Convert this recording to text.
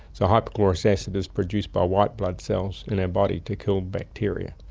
so hypochlorous acid is produced by white blood cells in our body to kill bacteria.